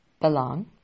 belong